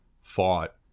fought